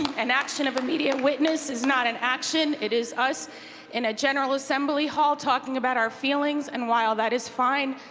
an action of immediate witness is not an action. it is us in a general assembly hall talking about our feelings. and while that is fine,